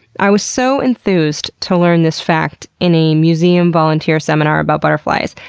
i was so enthused to learn this fact in a museum volunteer seminar about butterflies.